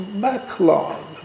backlog